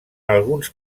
alguns